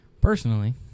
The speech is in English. Personally